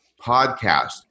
podcast